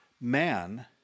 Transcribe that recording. man